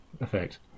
effect